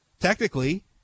technically